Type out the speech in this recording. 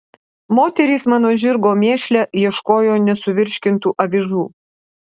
moterys mano žirgo mėšle ieškojo nesuvirškintų avižų